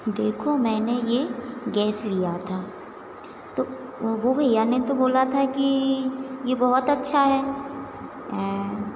देखो मैंने यह गैस लिया था तो वह भैया ने हमको बोला था कि यह बहुत अच्छा है